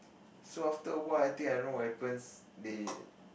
so after a while I think I don't know what happens they